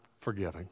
forgiving